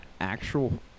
actual